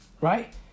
right